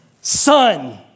son